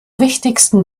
wichtigsten